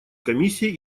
комиссией